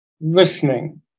listening